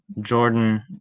jordan